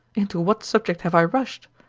into what subject have i rushed?